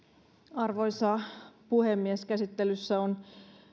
arvoisa puhemies käsittelyssä on